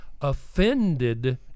offended